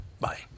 Bye